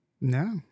No